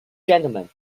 gentlemen